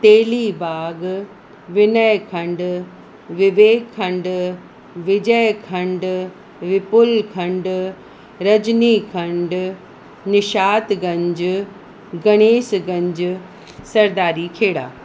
Telibagh Vinaykhand Vivekkhand Vijaykhand Vipulkhand Rajnikhand Nishatganj Ganeshganj Sardarikhera